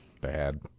Bad